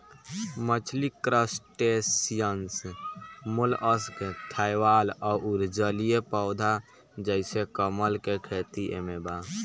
मछली crustaceans mollusc शैवाल अउर जलीय पौधा जइसे कमल के खेती एमे बा